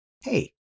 Hey